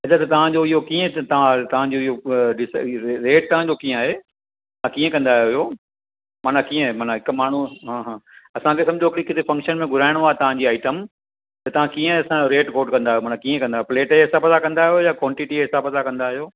तव्हां जो इहो कीअं तव्हां तव्हां जो इहो रेट तव्हां जो कीअं आहे तव्हां कीअं कंदा आहियो माना कीअं माना हिकु माण्हू हा हा असांखे समुझो की किथे फंक्शन में घुराइणो आहे तव्हां जी आइटम त तव्हां कीअं रेट कोट कंदा आहियो माना कीअं कंदा आहियो प्लेट जे हिसाब सां कंदा आहियो या क्वांटिटी जे हिसाब सां कंदा आहियो